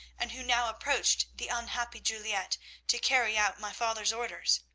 and who now approached the unhappy juliette to carry out my father's orders.